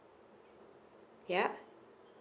yeah